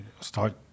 start